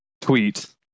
tweet